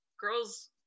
girls